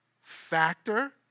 factor